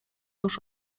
już